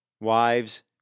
Wives